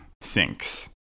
sinks